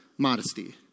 modesty